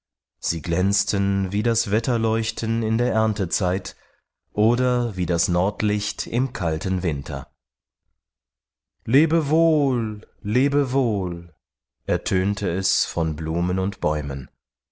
sie glänzten wie das wetterleuchten in der erntezeit oder wie das nordlicht im kalten winter lebe wohl lebe wohl ertönte es von blumen und bäumen